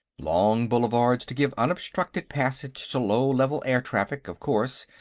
long boulevards to give unobstructed passage to low-level air-traffic, of course,